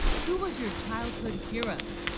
who, was your childhood hero?